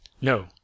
No